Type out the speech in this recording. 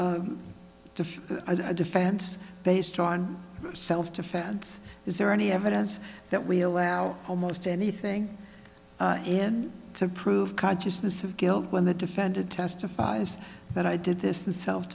o a defense based on self defense is there any evidence that we allow almost anything to prove consciousness of guilt when the defendant testifies but i did this in self